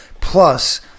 plus